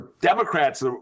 Democrats